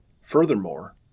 Furthermore